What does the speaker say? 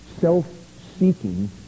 self-seeking